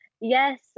yes